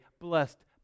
blessed